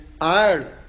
Ireland